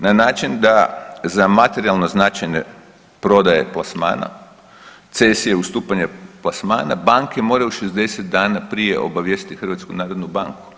Na način da za materijalno značajne prodaje plasmana cesije ustupanja plasmana banke moraju 60 dana prije obavijestiti HNB.